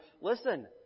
listen